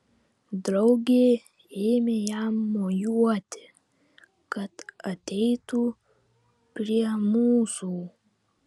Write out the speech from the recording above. draugė ėmė jam mojuoti kad ateitų prie mūsų